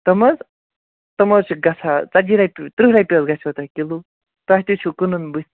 تٕم حظ تٕم حظ چھِ گَژھان ژَتجی رۄپیہِ ترٕٛہ رۄپیہِ حظ گَژھیو تۄہہِ کلِوٗ تۄہہِ تہِ چھُ کٕنُن بٕتھِ